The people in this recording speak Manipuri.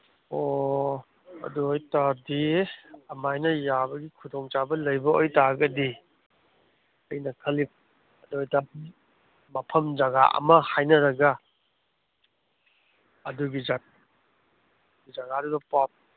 ꯑꯣ ꯑꯗꯨ ꯑꯣꯏ ꯇꯥꯔꯗꯤ ꯑꯃꯥꯏꯅ ꯌꯥꯕꯒꯤ ꯈꯨꯗꯣꯡꯆꯥꯕ ꯂꯩꯕ ꯑꯣꯏ ꯇꯥꯔꯒꯗꯤ ꯑꯩꯅ ꯈꯜꯂꯤ ꯃꯐꯝ ꯖꯒꯥ ꯑꯃ ꯍꯥꯏꯅꯔꯒ ꯑꯗꯨꯒꯤ ꯖꯒꯥꯗꯨꯗ ꯄꯥꯎ